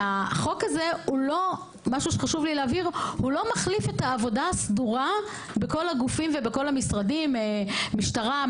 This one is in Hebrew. החוק הזה לא מחליף את העבודה הסדורה בכל הגופים ובכל המשרדים משטרה,